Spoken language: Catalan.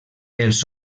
els